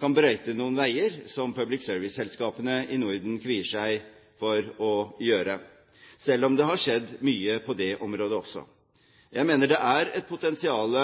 kan brøyte noen veier, som «public service»-selskapene i Norden kvier seg for å gjøre, selv om det har skjedd mye på det området også. Jeg mener det er et potensial